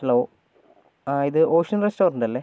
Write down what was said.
hello ആ ഇത് ocean restaurant അല്ലേ